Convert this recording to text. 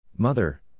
Mother